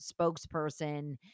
spokesperson